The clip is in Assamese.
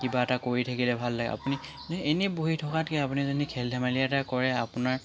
কিবা এটা কৰি থাকিলে ভাল লাগে আপুনি এনে বহি থকাতকৈ আপুনি যদি খেল ধেমালি এটা কৰে আপোনাৰ